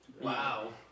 Wow